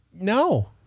No